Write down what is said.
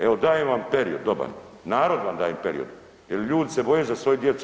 Evo dajem vam period dobar, narod vam daje period jer ljudi se boje za svoju djecu.